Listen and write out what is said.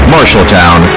Marshalltown